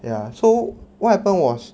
ya so what happen was